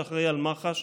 שאחראי למח"ש,